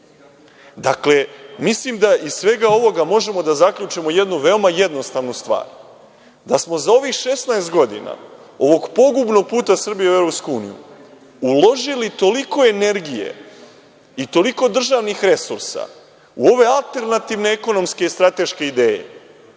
nas. Dakle, mislim da iz svega ovoga možemo da zaključimo jednu veoma jednostavnu stvar, da smo za ovih 16 godina ovog pogubnog puta Srbije u EU uložili toliko energije i toliko državnih resursa, u ove alternativne ekonomske i strateške ideje,